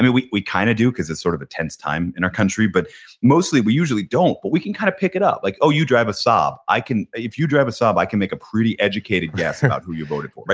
we we kind of do because it's sort of a tense time in our country but mostly we usually don't but we can kind of pick it up. like oh you drive a saab, i can, if you drive a saab i can make a pretty educated guess about who you voted for. but